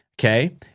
okay